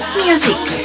music